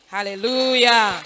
Hallelujah